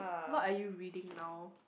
what are you reading now